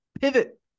pivot